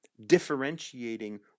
differentiating